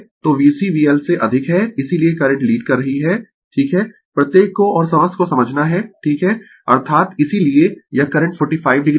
तो VC VL से अधिक है इसीलिये करंट लीड कर रही है ठीक है प्रत्येक को और समस्त को समझना है ठीक है अर्थात इसीलिये यह करंट 45 o है